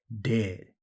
dead